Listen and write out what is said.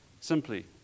Simply